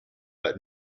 but